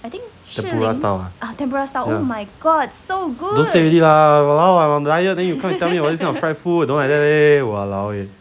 style ah ya don't say already lah !walao! I on diet then you come tell me about all these fried food don't like that leh !walao! eh